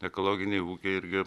ekologiniai ūkiai irgi